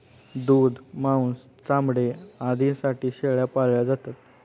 दूध, मांस, चामडे आदींसाठी शेळ्या पाळल्या जातात